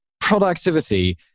productivity